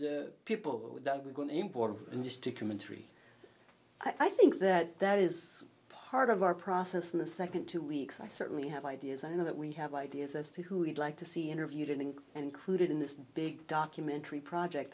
the people that we're going to war and just to come in three i think that that is part of our process and the second two weeks i certainly have ideas i know that we have ideas as to who we'd like to see interviewed and clued in this big documentary project